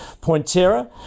Pointera